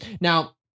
Now